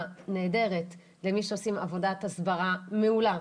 נהדרת למי שעושים עבודת הסברה מעולה.